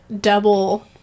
double